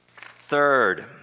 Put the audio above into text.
Third